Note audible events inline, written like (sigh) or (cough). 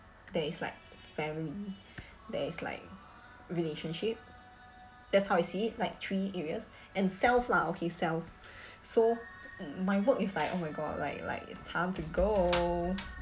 there is like very (breath) there's like (noise) relationship that's how I see it like three areas (breath) and self lah okay self (breath) so my work is like oh my god like like time to go (noise)